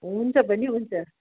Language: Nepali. हुन्छ बहिनी हुन्छ